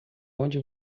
onde